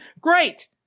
great